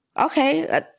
okay